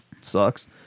sucks